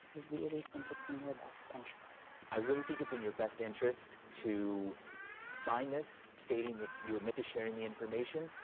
really think it's in your best interest. i really think it's in your best interest to sign this stating that you admit to sharing the information.